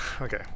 okay